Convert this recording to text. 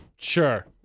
Sure